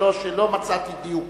שלוש שלא מצאתי דיוקים.